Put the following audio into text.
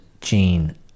Gene